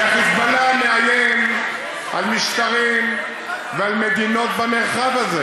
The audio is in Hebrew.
כי ה"חיזבאללה" מאיים על משטרים ועל מדינות במרחב הזה.